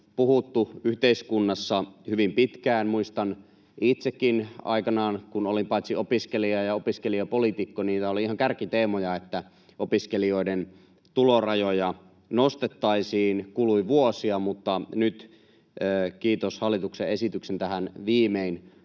puhuttu yhteiskunnassa hyvin pitkään. Muistan itsekin aikanaan, kun olin paitsi opiskelija ja opiskelijapoliitikko, niin oli ihan kärkiteemoja, että opiskelijoiden tulorajoja nostettaisiin. Kului vuosia, mutta nyt, kiitos hallituksen esityksen, tähän viimein